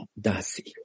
Dasi